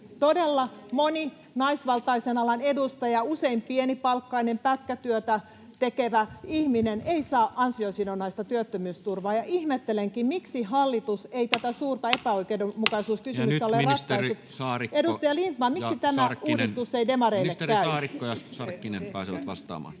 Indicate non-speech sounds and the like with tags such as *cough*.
Todella moni naisvaltaisen alan edustaja, usein pienipalkkainen, pätkätyötä tekevä ihminen, ei saa ansiosidonnaista työttömyysturvaa, ja ihmettelenkin, miksi hallitus ei *noise* tätä suurta epäoikeudenmukaisuuskysymystä ole ratkaissut. Edustaja Lindtman, miksi tämä uudistus ei demareille käy? Ja nyt ministerit Saarikko ja Sarkkinen pääsevät vastaamaan.